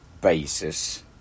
basis